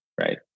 right